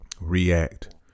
react